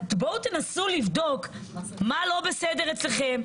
בואו תנסו לבדוק מה לא בסדר אצלכם,